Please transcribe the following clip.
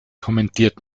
kommentiert